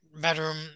bedroom